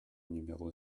numéro